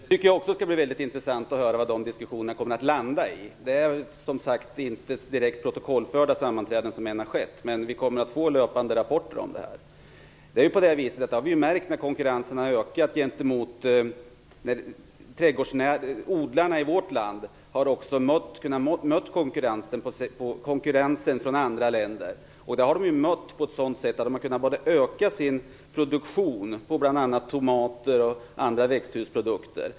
Herr talman! Jag tycker också att det skall bli väldigt intressant att få höra vad dessa diskussioner kommer att resultera i. Det har ännu inte varit några direkt protokollförda sammanträden, men vi kommer att få löpande rapporter. Odlarna i vårt land har kunnat möta konkurrensen från andra länder på ett sätt som har gjort att de har kunnat öka sin produktion av bl.a. tomater och andra växthusprodukter.